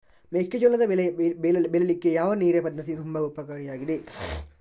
ಮೆಕ್ಕೆಜೋಳದ ಬೆಳೆ ಬೆಳೀಲಿಕ್ಕೆ ಯಾವ ನೀರಿನ ಪದ್ಧತಿ ತುಂಬಾ ಉಪಕಾರಿ ಆಗಿದೆ?